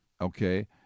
Okay